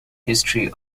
history